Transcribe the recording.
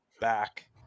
back